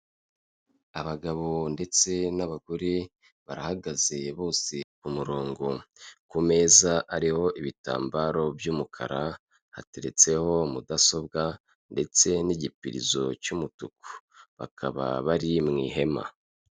Abagabo ndetse n'abagore barahagaze bose ku murongo, ku meza hariho ibitambaro by'umukara hateretseho mudasobwa ndetse n'igipirizo cy'umutuku, bakaba bari mu ihema.